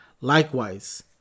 Likewise